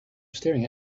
staring